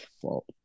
fault